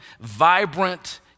vibrant